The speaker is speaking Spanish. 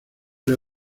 les